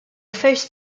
first